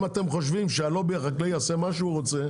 אם אתם חושבים שהלובי החקלאי יעשה מה שהוא רוצה,